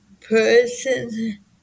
person